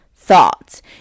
thoughts